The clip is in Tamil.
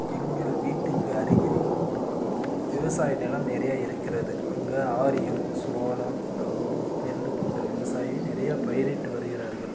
எங்கள் வீட்டுக்கு அருகில் விவசாய நிலம் நிறைய இருக்கிறது அங்கே ஆரியம் சோளம் கம்பு நெல் போன்ற விவசாயி நிறைய பயிரிட்டு வருகிறார்கள்